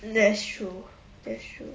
that's true that's true